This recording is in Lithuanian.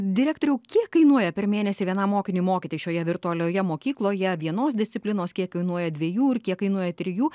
direktoriau kiek kainuoja per mėnesį vienam mokiniui mokytis šioje virtualioje mokykloje vienos disciplinos kiek kainuoja dviejų ir kiek kainuoja trijų